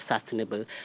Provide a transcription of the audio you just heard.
sustainable